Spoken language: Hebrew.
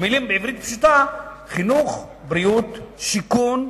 בעברית פשוטה: חינוך, בריאות, שיכון,